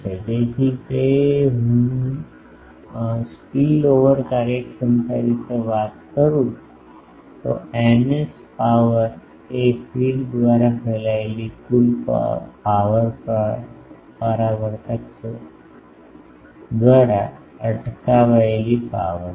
તેથી હવે હું સ્પિલ ઓવર કાર્યક્ષમતા વિશે વાત કરું છું ηS power એ ફીડ દ્વારા ફેલાયેલી કુલ પાવર પરાવર્તક દ્વારા અટકાવાયેલી પાવર છે